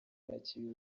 yakiriye